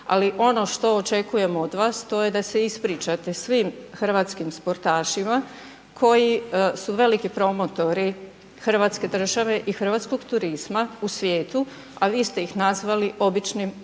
ali ono što očekujem od vas to je da se ispričate svih hrvatskim sportašima koji su veliki promotori hrvatske države i hrvatskog turizma u svijetu, a vi ste ih nazvali običnim